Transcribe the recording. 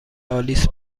آلیس